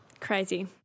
crazy